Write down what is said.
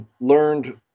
learned